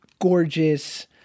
Gorgeous